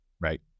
Right